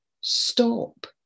stop